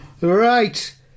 Right